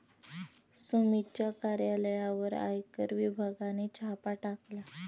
सुमितच्या कार्यालयावर आयकर विभागाने छापा टाकला